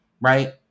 right